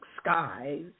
Skies